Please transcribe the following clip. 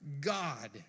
God